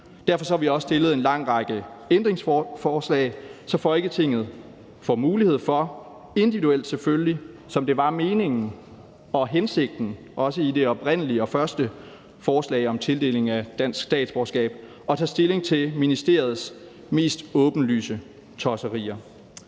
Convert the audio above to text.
Derfor har vi også stillet en lang række ændringsforslag, så Folketinget får mulighed for individuelt, selvfølgelig, som det var meningen og hensigten, også i det oprindelige og første forslag om tildeling af dansk statsborgerskab, at tage stilling til ministeriets mest åbenlyse tosserier.